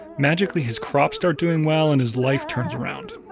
magically his crops start doing well and his life turns around.